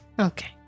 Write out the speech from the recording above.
Okay